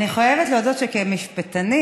אני מחויבת להודות שכמשפטנית,